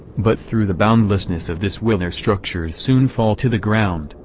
but through the boundlessness of this will their structures soon fall to the ground,